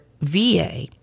VA